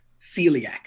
celiac